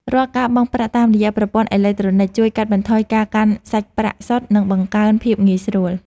រាល់ការបង់ប្រាក់តាមរយៈប្រព័ន្ធអេឡិចត្រូនិកជួយកាត់បន្ថយការកាន់សាច់ប្រាក់សុទ្ធ និងបង្កើនភាពងាយស្រួល។